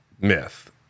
myth